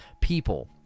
people